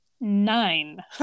Nine